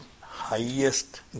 highest